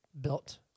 built